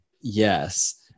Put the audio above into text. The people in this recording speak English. Yes